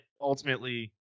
ultimately